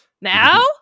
Now